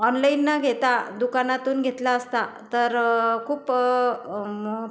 online न घेता दुकानातून घेतला असता तर खूप मग